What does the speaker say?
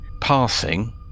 passing